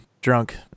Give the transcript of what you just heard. drunk